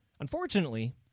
Unfortunately